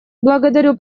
благодарю